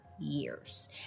years